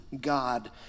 God